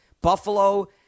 Buffalo